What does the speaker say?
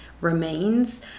remains